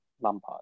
Lampard